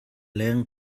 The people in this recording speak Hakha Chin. leng